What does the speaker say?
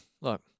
look